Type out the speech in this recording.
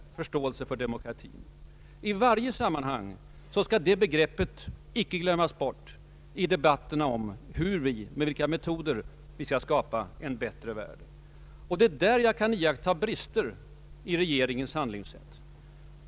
Det begreppet får inte glömmas bort i något sammanhang i debatterna om de metoder med vilka vi skall skapa en bättre värld. Det är i det hänseendet jag kritiserar regeringens handlingssätt.